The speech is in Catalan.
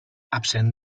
absent